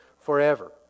forever